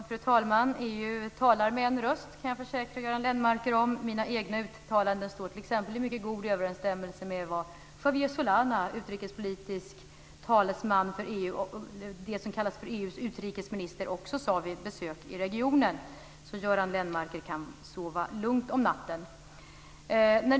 Fru talman! EU talar med en röst. Det kan jag försäkra Göran Lennmarker om. Mina egna uttalanden står t.ex. i mycket god överensstämmelse med vad Javier Solana, som är utrikespolitisk talesman för EU, det som kallas för EU:s utrikesminister, sade vid ett besök i regionen. Så Göran Lennmarker kan sova lugnt om natten.